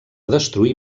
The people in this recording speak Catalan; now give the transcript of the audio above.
destruir